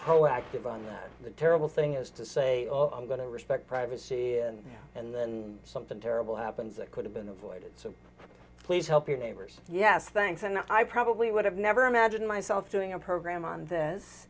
proactive on that terrible thing is to say i'm going to respect privacy and and then something terrible happens that could have been avoided please help your neighbors yes thanks and i probably would have never imagined myself doing a program on this